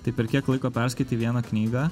tai per kiek laiko perskaitai vieną knygą